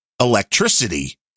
electricity